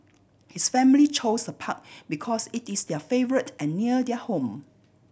his family chose the park because it is their favourite and near their home